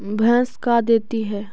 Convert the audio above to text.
भैंस का देती है?